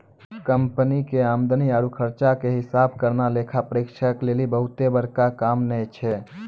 company के आमदनी आरु खर्चा के हिसाब करना लेखा परीक्षक लेली बहुते बड़का काम नै छै